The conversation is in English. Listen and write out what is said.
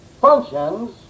functions